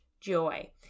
joy